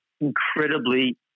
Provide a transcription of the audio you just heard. incredibly